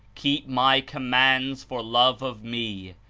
keep my commands for love of me,